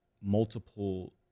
multiple